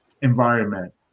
environment